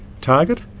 target